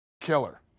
killer